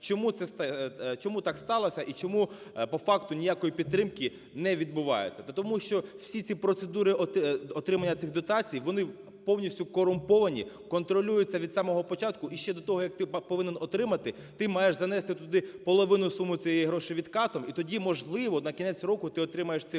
Чому так сталося і чому по факту ніякої підтримки не відбувається? Та тому що всі ці процедури отримання цих дотацій, вони повністю корумповані, контролюються від самого початку і ще до того, як ти повинен отримати – ти маєш занести туди половину суму цієї гроші підкатом і тоді, можливо, на кінець року ти отримаєш ці гроші.